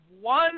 one